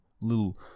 little